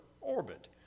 orbit